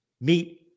Meet